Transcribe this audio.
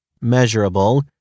measurable